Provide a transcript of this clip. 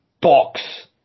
box